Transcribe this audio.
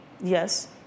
Yes